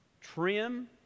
trim